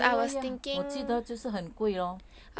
ya ya ya 我记得就是很贵 lor